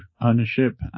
ownership